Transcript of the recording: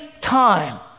time